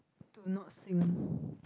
to not sing